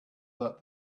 that